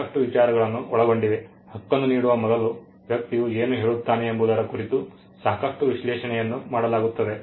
ಸಾಕಷ್ಟು ವಿಚಾರಗಳನ್ನು ಒಳಗೊಂಡಿವೆ ಹಕ್ಕನ್ನು ನೀಡುವ ಮೊದಲು ವ್ಯಕ್ತಿಯು ಏನು ಹೇಳುತ್ತಾನೆ ಎಂಬುದರ ಕುರಿತು ಸಾಕಷ್ಟು ವಿಶ್ಲೇಷಣೆಯನ್ನು ಮಾಡಲಾಗುತ್ತದೆ